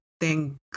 thank